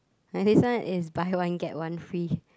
my this one is buy one get one free